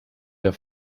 der